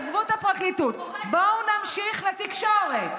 עזבו את הפרקליטות, בואו נמשיך לתקשורת.